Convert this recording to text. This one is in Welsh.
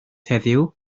heddiw